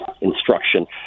instruction